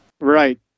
Right